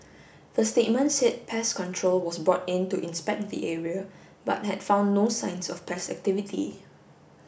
the statement said pest control was brought in to inspect the area but had found no signs of pest activity